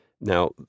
Now